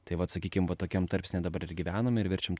tai vat sakykim va tokiam tarpsnyje dabar ir gyvenam ir verčiam